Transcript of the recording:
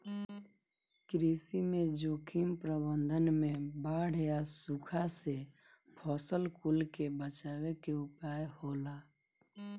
कृषि में जोखिम प्रबंधन में बाढ़ या सुखा से फसल कुल के बचावे के उपाय होला